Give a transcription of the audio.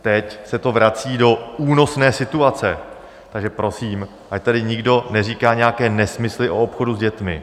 Teď se to vrací do únosné situace, takže prosím, ať tady nikdo neříká nějaké nesmysly o obchodu s dětmi.